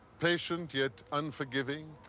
patient yet unforgiving,